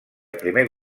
primer